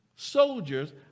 soldiers